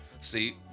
See